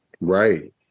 Right